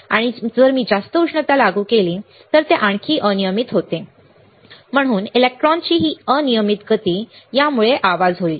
आणि जर मी जास्त उष्णता लागू केली तर ते आणखी अनियमित होते म्हणून इलेक्ट्रॉनची ही अनियमित गती यामुळे आवाज होईल